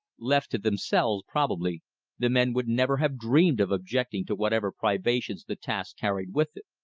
left to themselves probably the men would never have dreamed of objecting to whatever privations the task carried with it.